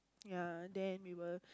ya then we will